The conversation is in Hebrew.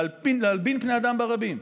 להלבין פני האדם ברבים,